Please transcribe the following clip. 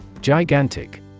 Gigantic